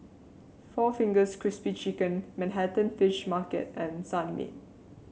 Four Fingers Crispy Chicken Manhattan Fish Market and Sunmaid